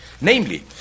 Namely